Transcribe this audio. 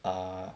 ah